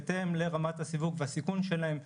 בהתאם לרמת הסיווג והסיכון שלהם,